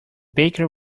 bakery